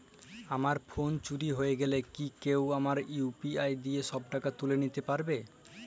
আমার ফোন চুরি হয়ে গেলে কি কেউ আমার ইউ.পি.আই দিয়ে সব টাকা তুলে নিতে পারবে?